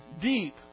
deep